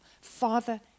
Father